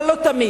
אבל לא תמיד.